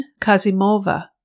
Kazimova